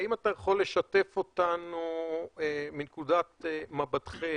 האם אתה יכול לשתף אותנו מנקודת מבטכם,